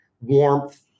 warmth